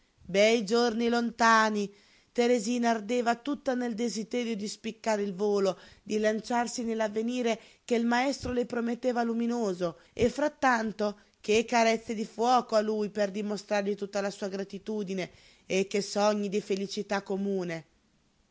bei giorni lontani teresina ardeva tutta nel desiderio di spiccare il volo di lanciarsi nell'avvenire che il maestro le prometteva luminoso e frattanto che carezze di fuoco a lui per dimostrargli tutta la sua gratitudine e che sogni di felicità comune